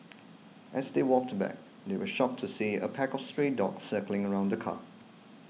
as they walked back they were shocked to see a pack of stray dogs circling around the car